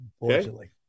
unfortunately